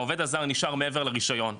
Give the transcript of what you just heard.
העובד הזר נשאר מעבר לרישיון,